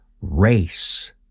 Race